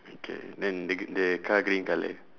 okay then the g~ the car green colour